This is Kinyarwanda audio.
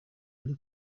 ari